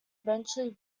eventually